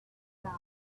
start